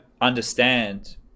understand